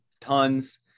tons